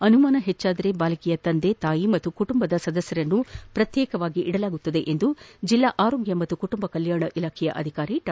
ಅನುಮಾನ ಹೆಚ್ಚಾದರೆ ಬಾಲಕಿಯ ತಂದೆ ತಾಯಿ ಪಾಗೂ ಕುಟುಂಬದ ಸದಸ್ಕರನ್ನು ಪ್ರಕ್ತೇಕವಾಗಿರಿಸಲಾಗುವುದು ಎಂದು ಜಿಲ್ಲಾ ಆರೋಗ್ಯ ಮತ್ತು ಕುಟುಂಬ ಕಲ್ಕಾಣ ಇಲಾಖೆ ಅಧಿಕಾರಿ ಡಾ